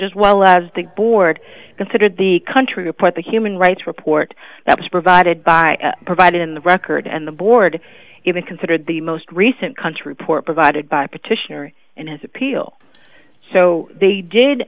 as well as the board considered the country to put the human rights report that was provided by provided in the record and the board even considered the most recent country poor provided by petitioner and his appeal so they did